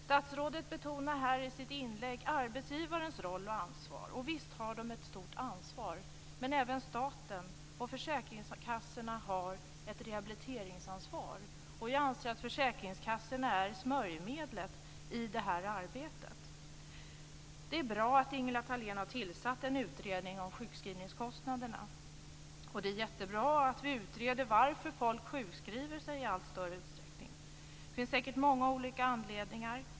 Statsrådet betonade i sitt inlägg arbetsgivarens roll och ansvar, och visst har arbetsgivaren ett stort ansvar, men även staten och försäkringskassorna har ett rehabiliteringsansvar, och jag anser att försäkringskassorna är smörjmedlet i det här arbetet. Det är bra att Ingela Thalén har tillsatt en utredning om sjukskrivningskostnaderna, och det är jättebra att vi utreder varför folk sjukskriver sig i allt större utsträckning. Det finns säkert många olika anledningar.